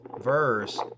verse